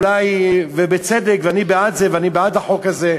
אולי בצדק, ואני בעד זה ואני בעד החוק הזה,